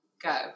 Go